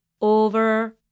over